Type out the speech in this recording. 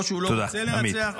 או שהוא לא רוצה לנצח -- תודה,